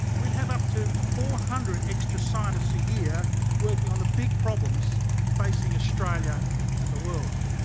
we'd have up to four hundred extra scientists a year working on the big problems facing australia and the world.